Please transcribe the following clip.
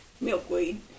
Milkweed